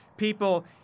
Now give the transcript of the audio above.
People